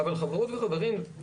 אבל חברות וחברים,